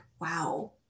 wow